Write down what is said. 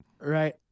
Right